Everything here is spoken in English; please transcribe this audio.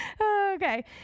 Okay